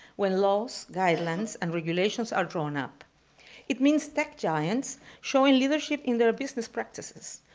when laws, guidelines, and regulations are drawn up it means tech giants showing leadership in their business practices.